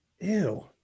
Ew